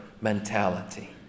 mentality